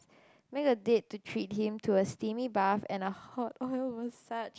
make a date to treat him to a steamy bath and a hot oil massage